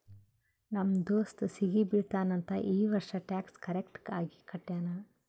ನಮ್ ದೋಸ್ತ ಸಿಗಿ ಬೀಳ್ತಾನ್ ಅಂತ್ ಈ ವರ್ಷ ಟ್ಯಾಕ್ಸ್ ಕರೆಕ್ಟ್ ಆಗಿ ಕಟ್ಯಾನ್